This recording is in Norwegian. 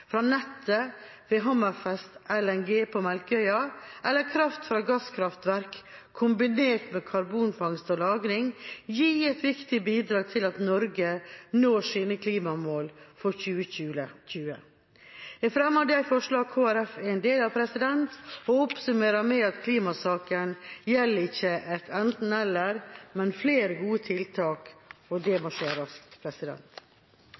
fra nettet ved Hammerfest LNG på Melkøya, eller kraft fra gasskraftverk kombinert med karbonfangst og -lagring, være et viktig bidrag til at Norge når sine klimamål for 2020. Jeg fremmer det forslaget Kristelig Folkeparti er en del av, og oppsummerer med at i klimasaken gjelder ikke et enten–eller, men flere gode tiltak, som må treffes raskt. Representanten Rigmor Andersen Eide har tatt opp det